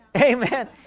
Amen